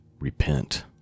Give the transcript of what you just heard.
Repent